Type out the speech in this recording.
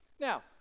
now